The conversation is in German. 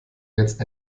jetzt